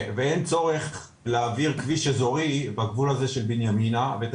ואין צורך להעביר כביש אזורי בגבול הזה של בנימינה ואת